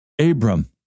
Abram